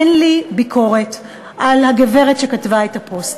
אין לי ביקורת על הגברת שכתבה את הפוסט.